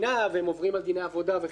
ועוברים על דיני עבודה וכן הלאה.